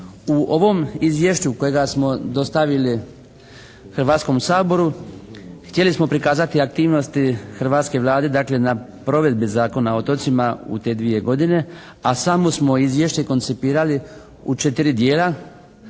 U ovom izvješću kojega smo dostavili Hrvatskom saboru htjeli smo prikazati aktivnosti hrvatske Vlade, dakle na provedbi Zakona o otocima u te dvije godine, a samo smo izvješće koncipirali u 4 dijela